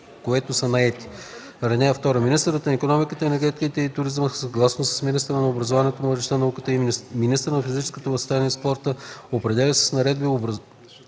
което са наети.